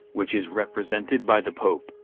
which is represented by the pope.